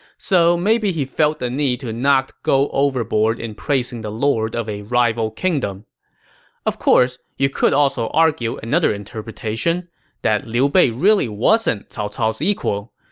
so maybe he felt the need to not go overboard in praising the lord of a rival kingdom of course, you could also argue another interpretation that liu bei really wasn't cao cao's equal.